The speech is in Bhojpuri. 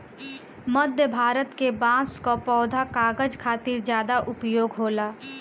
मध्य भारत के बांस कअ पौधा कागज खातिर ज्यादा उपयोग होला